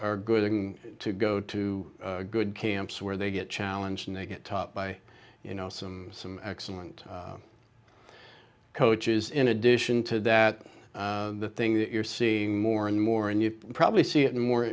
are good to go to good camps where they get challenge and they get taught by you know some some excellent coaches in addition to that the thing that you're seeing more and more and you probably see it more